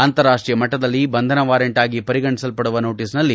ಅಂತಾರಾಷ್ಟೀಯ ಮಟ್ಟದಲ್ಲಿ ಬಂಧನ ವಾರೆಂಟ್ ಆಗಿ ಪರಿಗಣಿಸಲ್ಪಡುವ ನೋಟಸ್ನಲ್ಲಿ